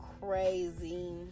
crazy